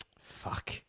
Fuck